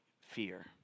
fear